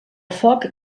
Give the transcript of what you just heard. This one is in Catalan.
foc